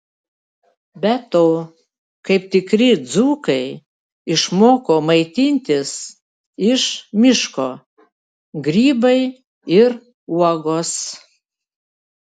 be to kaip tikri dzūkai išmoko maitintis iš miško grybai ir uogos